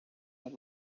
had